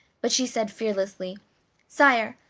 but she said fearlessly sire,